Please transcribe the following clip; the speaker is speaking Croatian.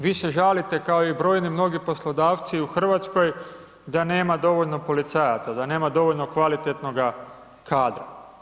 Vi se žalite kao i brojni mnogi poslodavci u Hrvatskoj da nema dovoljno policajaca, da nema dovoljno kvalitetnoga kadra.